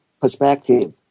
perspective